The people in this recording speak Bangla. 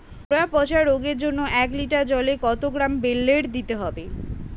গোড়া পচা রোগের জন্য এক লিটার জলে কত গ্রাম বেল্লের দিতে হবে?